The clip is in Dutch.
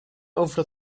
over